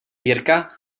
jirka